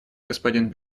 господин